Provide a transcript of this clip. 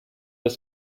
des